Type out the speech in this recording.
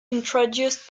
introduced